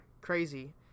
crazy